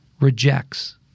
rejects